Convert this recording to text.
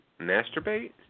Masturbate